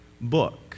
book